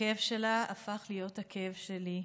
"הכאב שלה הפך להיות הכאב שלי,